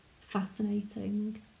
Fascinating